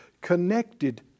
connected